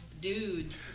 dudes